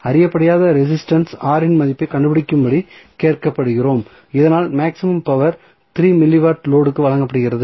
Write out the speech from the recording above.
அறியப்படாத resistance R இன் மதிப்பைக் கண்டுபிடிக்கும்படி கேட்கப்படுகிறோம் இதனால் power maximum power 3 milli watt load க்கு வழங்கப்படுகிறது